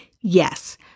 Yes